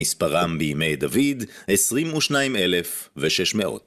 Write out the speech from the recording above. מספרם בימי דוד 22,600